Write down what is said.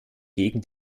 gegen